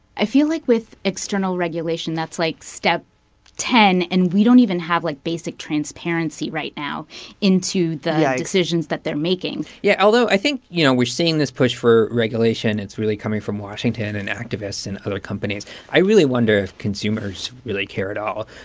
i feel like with external regulation that's, like, step ten, and we don't even have, like, basic transparency right now into the decisions that they're making yeah, although i think you know, we're seeing this push for regulation that's really coming from washington and activists and other companies. i really wonder if consumers really care at all.